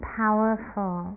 powerful